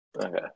Okay